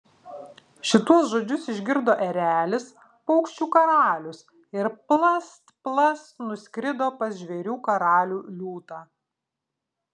šituos žodžius išgirdo erelis paukščių karalius ir plast plast nuskrido pas žvėrių karalių liūtą